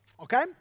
okay